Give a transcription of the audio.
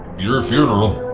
your funeral.